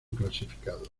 clasificado